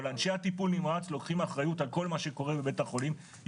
אבל אנשי הטיפול נמרץ לוקחים אחריות על כל מה שקורה בבתי חולים,